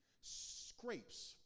scrapes